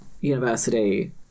university